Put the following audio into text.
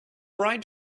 right